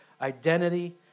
identity